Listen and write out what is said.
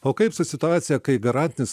o kaip su situacija kai garantinis